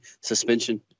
suspension